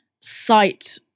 site-